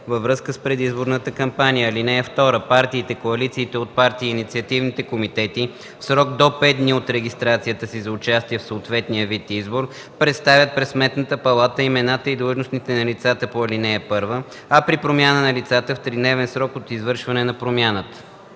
във връзка с предизборната кампания. (2) Партиите, коалициите от партии и инициативните комитети в срок до 5 дни от регистрацията си за участие в съответния вид избор представят пред Сметната палата имената и длъжностите на лицата по ал. 1, а при промяна в лицата – в тридневен срок от извършване на промяната.”